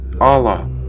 Allah